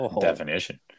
definition